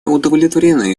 удовлетворены